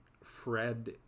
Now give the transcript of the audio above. Fred